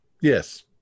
Yes